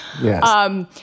Yes